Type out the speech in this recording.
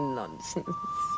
nonsense